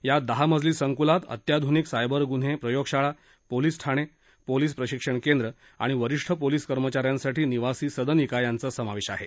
या दहा मजली संकूलात अत्याधूनिक सायबर गुन्हे प्रयोगशाळा पोलीस ठाणे पोलीस प्रशिक्षण केंद्र आणि वरिष्ठ पोलीस कर्मचा यांसाठी निवासी सदनिका यांचा समावेश आहे